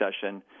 session